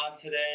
Today